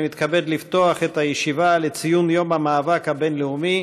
אני מתכבד לפתוח את הישיבה לציון יום המאבק הבין-לאומי